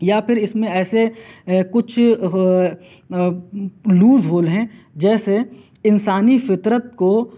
یا پھر اِس میں ایسے کچھ لوز ہول ہیں جیسے انسانی فطرت کو